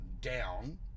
down